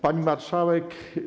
Pani Marszałek!